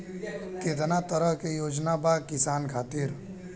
केतना तरह के योजना बा किसान खातिर?